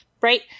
Right